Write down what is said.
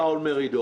מר שאול מרידור.